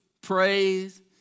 praise